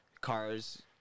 cars